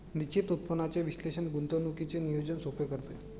निश्चित उत्पन्नाचे विश्लेषण गुंतवणुकीचे नियोजन सोपे करते